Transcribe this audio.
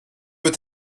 peut